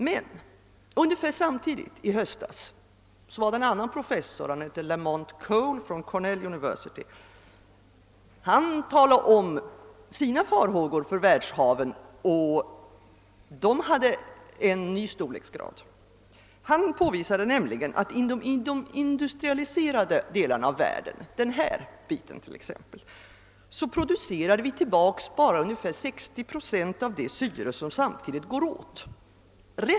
Men ungefär samtidigt i höstas var det en annan professor — han hette Lamont C. Cole vid Cornell University — som talade om sina farhågor för världshaven. De hade en ny storleksgrad. Han påvisade nämligen, att i de industrialiserade delarna av världen producerar vi bara ungefär 60 procent av det syre som samtidigt går åt.